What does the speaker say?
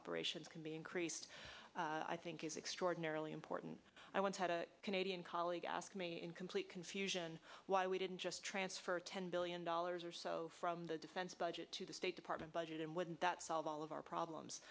operations can be increased i think is extraordinarily important i once had a canadian colleague ask me in complete confusion why we didn't just transfer ten billion dollars or so from the defense budget to the state department budget and wouldn't that solve all of our problems